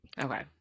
okay